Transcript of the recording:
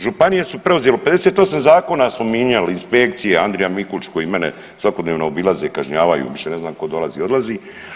Županije su preuzele 58 zakona smo mijenjali, inspekcija Andrija Mikulić koji mene svakodnevno obilaze, kažnjavaju, više ne znam tko dolazi, odlazi.